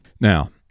Now